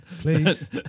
please